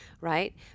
right